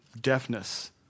deafness